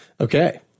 Okay